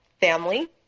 family